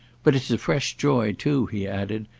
but it's a fresh joy too, he added,